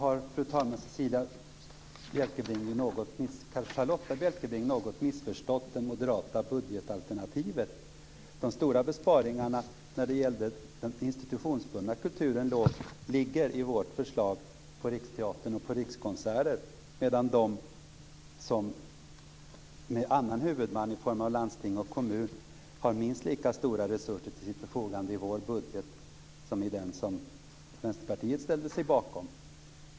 Fru talman! Charlotta Bjälkebring har något missförstått det moderata budgetalternativet. De stora besparingarna när det gäller den institutionsbundna kulturverksamheten ligger i vårt förslag på Riksteatern och på Rikskonserter. I vår budget har de verksamheter som har landsting eller kommun som huvudman minst lika stora resurser till sitt förfogande som i den som Vänsterpartiet ställer sig bakom.